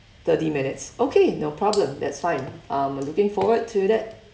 thirty minutes okay no problem that's fine I'm looking forward to that